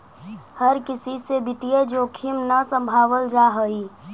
हर किसी से वित्तीय जोखिम न सम्भावल जा हई